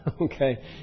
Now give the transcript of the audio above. Okay